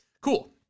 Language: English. Cool